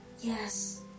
Yes